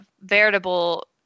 veritable